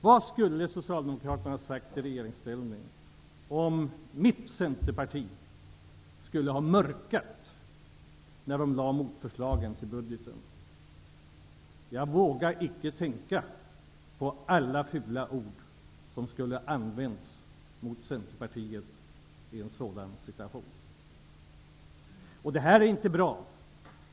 Vad skulle Socialdemokraterna ha sagt när de satt i regeringsställning om Centerpartiet skulle ha mörkat när det lade fram motförslaget till budgeten? Jag vågar icke tänka på alla fula ord som skulle ha använts mot Centerpartiet i en sådan situation. Det här är inte bra.